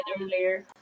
earlier